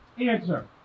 answer